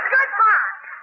Goodbye